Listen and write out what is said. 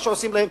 מה שעושים להם,